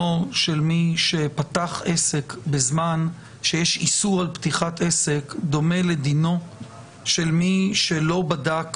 של מי שפתח עסק בזמן שיש איסור על פתיחת עסק דומה לדינו של מי שלא בדק